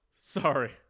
sorry